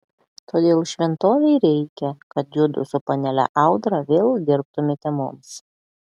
todėl šventovei reikia kad judu su panele audra vėl dirbtumėte mums